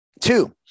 Two